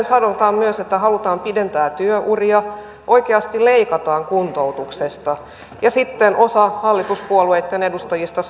sanotaan myös että halutaan pidentää työ uria oikeasti leikataan kuntoutuksesta ja sitten osa hallituspuolueitten edustajista